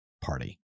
party